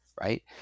right